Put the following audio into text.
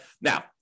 Now